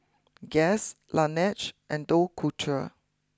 Guess Laneige and Dough culture